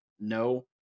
No